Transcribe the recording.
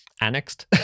annexed